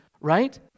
right